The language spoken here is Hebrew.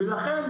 ולכן,